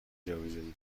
جابجایی